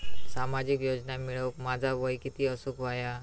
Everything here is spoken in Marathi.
सामाजिक योजना मिळवूक माझा वय किती असूक व्हया?